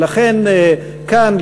ולכן כאן,